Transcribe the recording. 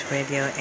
Radio